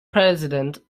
president